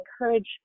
encourage